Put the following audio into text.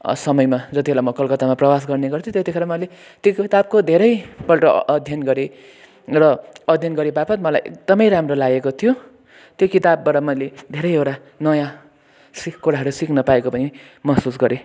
समयमा जति बेला म कलकतामा म प्रवास गर्ने गर्थेँ त्यतिखेर मैले त्यो किताबको धेरैपल्ट अध्ययन गरेँ र अध्ययन गरे बापत मलाई एकदमै राम्रो लागेको थियो त्यो किताबबाट मैले धेरैवटा नयाँ सिक् कुराहरू सिक्न पाएको पनि महसुस गरेँ